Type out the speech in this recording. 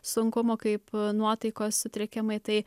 sunkumų kaip nuotaikos sutrikimai tai